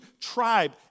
tribe